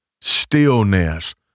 stillness